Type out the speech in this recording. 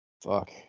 Fuck